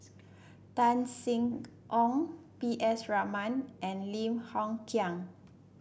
Tan Sin Aun P S Raman and Lim Hng Kiang